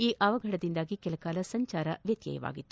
ಈ ಅವಘಡದಿಂದಾಗಿ ಕೆಲಕಾಲ ಸಂಚಾರ ವ್ಕತ್ಯವಾಗಿತ್ತು